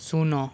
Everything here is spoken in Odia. ଶୂନ